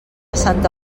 santa